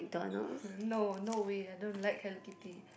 no no way I don't like Hello Kitty